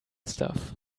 stuff